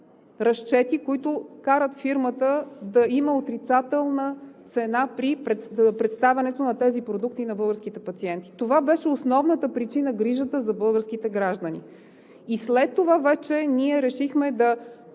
разчети, които карат фирмата да има отрицателна цена при представянето на тези продукти на българските пациенти. Това беше основната причина – грижата за българските граждани. И след това вече ние решихме да